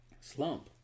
slump